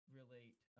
relate